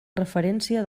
referència